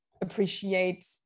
appreciate